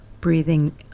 breathing